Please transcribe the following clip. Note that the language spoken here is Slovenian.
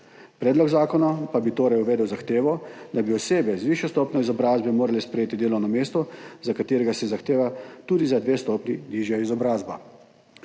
predlog zakona pa bi torej uvedel zahtevo, da bi osebe z višjo stopnjo izobrazbe morale sprejeti delovno mesto, za katero se zahteva tudi za dve stopnji nižja izobrazba.